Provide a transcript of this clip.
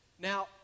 Now